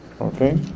Okay